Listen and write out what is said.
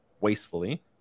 wastefully